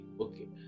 okay